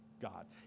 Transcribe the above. God